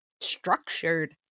structured